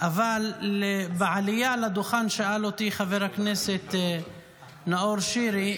אבל בעלייה לדוכן שאל אותי חבר הכנסת נאור שירי,